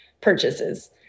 purchases